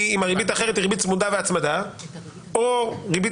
אם היא הריבית האחרת היא ריבית צמודה והצמדה או ריבית